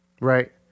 Right